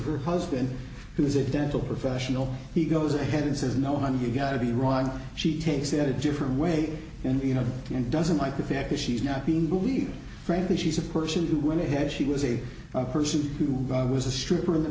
her husband who is it dental professional he goes ahead and says no honey you gotta be wrong she takes it a different way and you know and doesn't like the fact that she's now being bullied frankly she's a person who went ahead she was a person who was a stripper in the